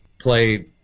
play